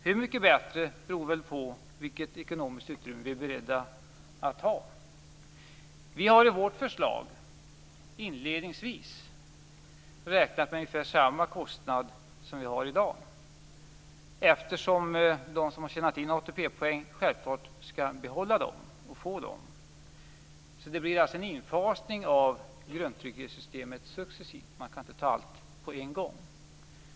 Hur mycket bättre beror på hur mycket ekonomiskt utrymme vi är beredda att ha. Vi har i vårt förslag inledningsvis räknat med ungefär samma kostnad som i dag. De som har tjänat in ATP-poäng skall självklart behålla dem. Det blir en infasning av grundtrygghetssystemet. Det går inte att få allt på en gång.